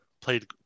played